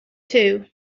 too